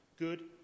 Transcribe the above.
good